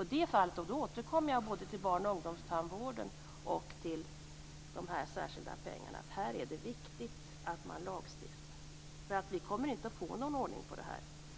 I det fallet återkommer jag till att det är viktigt att lagstifta om både barnoch ungdomstandvården och de särskilda pengarna, annars kommer vi inte att få någon ordning på det här.